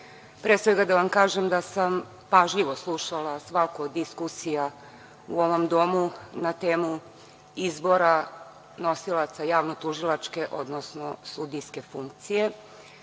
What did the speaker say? pre svega da vam kažem da sam pažljivo slušala svaku od diskusija u ovom domu na temu izbora nosilaca javnotužilačke, odnosno sudijske funkcije.